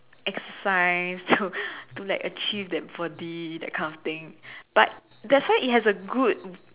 exercise to to like achieve that body that kind of thing but that's why it has a good